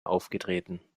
aufgetreten